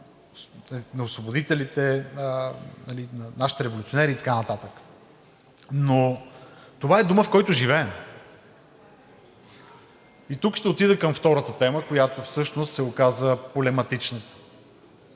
на освободителите, на нашите революционери и така нататък, но това е домът, в който живеем. Тук ще отида към втората тема, която всъщност се оказа полемична,